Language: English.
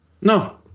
No